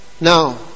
now